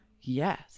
Yes